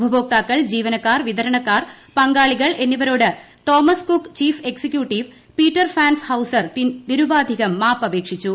ഉപഭോക്താക്കൾ ജീവനക്കാർ വിതരണക്കാർ പങ്കാളികൾ എന്നിവരോട് Thomas Cook chief executive Peter Fankhauser നിരുപാധികം മാപ്പ് അപേക്ഷിച്ചു